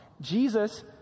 Jesus